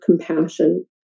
compassion